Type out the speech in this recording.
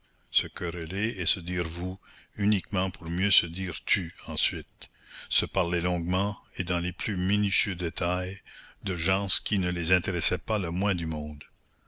se quereller et se dire vous uniquement pour mieux se dire tu ensuite se parler longuement et dans les plus minutieux détails de gens qui ne les intéressaient pas le moins du monde